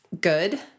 good